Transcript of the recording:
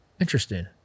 Interesting